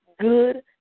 good